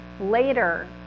later